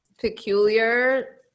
peculiar